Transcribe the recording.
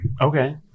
Okay